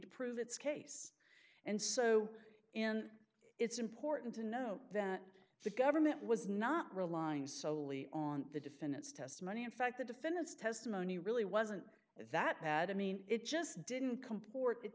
to prove its case and so and it's important to note that the government was not relying solely on the defendant's testimony in fact the defendant's testimony really wasn't that bad i mean it just didn't com